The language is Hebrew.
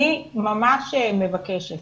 אני ממש מבקשת